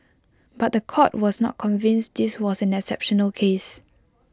but The Court was not convinced this was an exceptional case